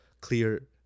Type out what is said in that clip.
clear